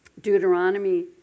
Deuteronomy